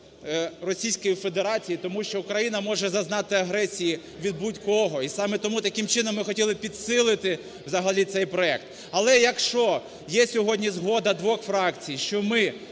Російської Федерації, тому що Україна може зазнати агресії від будь-кого, і саме тому таким чином ми хотіли підсилити взагалі цей проект. Але, якщо є сьогодні згода двох фракцій, що ми